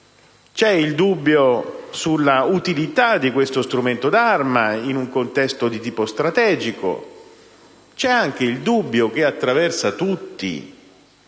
C'è il dubbio sull'utilità di questo strumento d'arma in un contesto di tipo strategico. C'è anche il dubbio che attraversa tutti